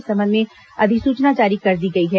इस संबंध में अधिसूचना जारी कर दी गई है